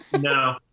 No